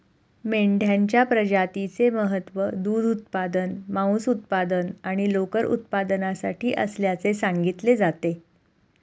मेंढ्यांच्या प्रजातीचे महत्त्व दूध उत्पादन, मांस उत्पादन आणि लोकर उत्पादनासाठी असल्याचे सांगितले जाते